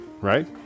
right